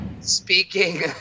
speaking